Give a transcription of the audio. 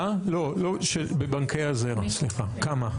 של בנקי הזרע, סליחה, כמה?